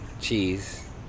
cheese